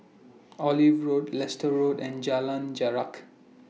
Olive Road Leicester Road and Jalan Jarak